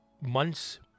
months